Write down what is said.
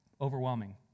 overwhelming